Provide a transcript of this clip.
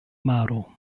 maro